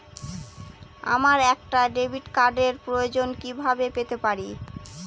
আমার একটা ডেবিট কার্ডের প্রয়োজন কিভাবে পেতে পারি?